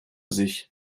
sich